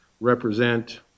represent